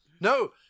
no